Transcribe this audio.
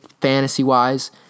fantasy-wise